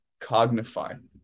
cognify